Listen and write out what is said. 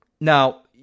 Now